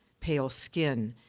pale skin,